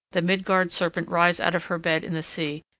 the midgard serpent rise out of her bed in the sea,